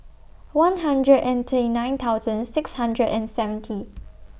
one hundred and thirty nine thousand six hundred and seventy